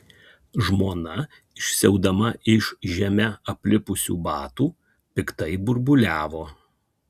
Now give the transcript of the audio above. žmona išsiaudama iš žeme aplipusių batų piktai burbuliavo